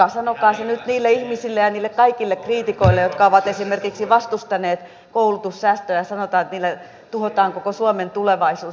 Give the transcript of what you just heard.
sanokaa se nyt niille ihmisille ja niille kaikille kriitikoille jotka ovat esimerkiksi vastustaneet koulutussäästöjä ja sanoneet että niillä tuhotaan koko suomen tulevaisuus